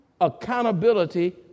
accountability